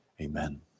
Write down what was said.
Amen